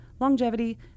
longevity